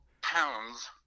pounds